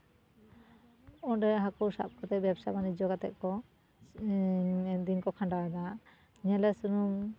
ᱚᱸᱰᱮ ᱦᱟᱹᱠᱩ ᱥᱟᱵ ᱠᱟᱛᱮ ᱵᱮᱵᱥᱟ ᱵᱟᱱᱤᱡᱽᱡᱚ ᱠᱟᱛᱮ ᱠᱚ ᱫᱤᱱ ᱠᱚ ᱠᱷᱟᱸᱰᱟᱣᱮᱫᱟ ᱧᱮᱞᱮ ᱥᱩᱱᱩᱢ